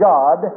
God